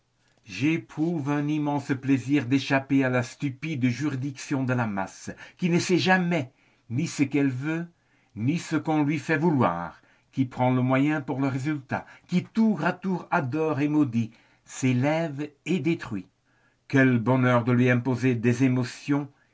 j'éprouve un immense plaisir d'échapper à la stupide juridiction de la masse qui ne sait jamais ni ce qu'elle veut ni ce qu'on lui fait vouloir qui prend le moyen pour le résultat qui tour à tour adore et maudit élève et détruit quel bonheur de lui imposer des émotions